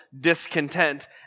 discontent